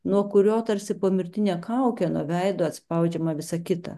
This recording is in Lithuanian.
nuo kurio tarsi pomirtinę kaukę nuo veido atspaudžiama visa kita